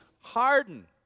harden